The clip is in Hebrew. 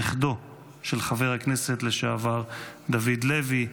נכדו של חבר הכנסת לשעבר דוד לוי,